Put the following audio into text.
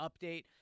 update